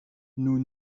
nous